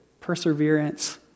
perseverance